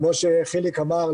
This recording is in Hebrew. כמו שחיליק אמר,